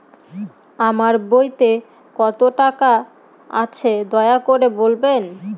আমার বইতে কত টাকা আছে দয়া করে বলবেন?